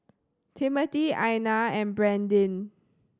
Timothy Ina and Brandyn